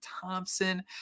Thompson